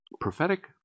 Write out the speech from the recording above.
Prophetic